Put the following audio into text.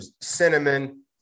Cinnamon